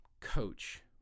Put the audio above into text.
coach